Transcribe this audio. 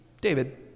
David